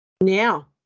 now